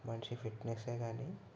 మంచి ఫిట్నెస్యే కానీ